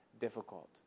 difficult